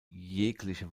jegliche